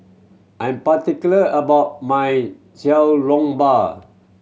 I'm particular about my Xiao Long Bao